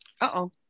Uh-oh